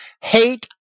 hate